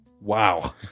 Wow